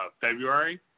February